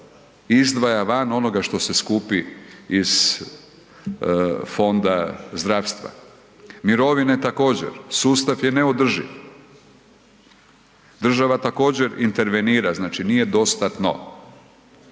izdvaja van onoga što se skupi iz fonda zdravstva. Mirovine također, sustav je neodrživ. Država također intervenira, znači nije dostatno.